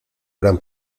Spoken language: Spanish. gran